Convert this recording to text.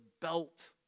belt